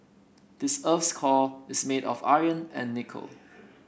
this earth's core is made of iron and nickel